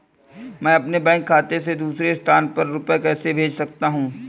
मैं अपने बैंक खाते से दूसरे स्थान पर रुपए कैसे भेज सकता हूँ?